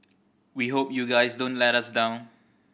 we hope you guys don't let us down